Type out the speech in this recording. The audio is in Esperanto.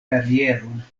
karieron